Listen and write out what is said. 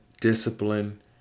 discipline